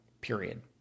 period